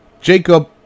Jacob